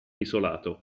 isolato